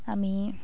আমি